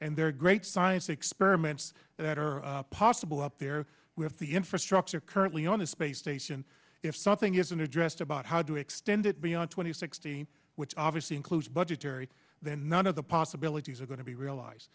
and there are great science experiments that are possible up there with the infrastructure currently on the space station if something isn't addressed about how to extend it beyond twenty sixteen which obviously includes budgetary then none of the possibilities are going to be realize